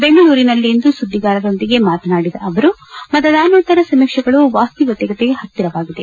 ಬೆಂಗಳೂರಿನಲ್ಲಿಂದು ಸುದ್ದಿಗಾರರೊಂದಿಗೆ ಮಾತನಾಡಿದ ಅವರು ಮತದಾನೋತ್ತರ ಸಮೀಕ್ಷೆಗಳು ವಾಸ್ತವಿಕತೆಗೆ ಹತ್ತಿರವಾಗಿದೆ